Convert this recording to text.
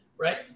right